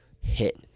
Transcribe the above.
hit